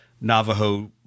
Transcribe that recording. Navajo